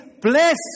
bless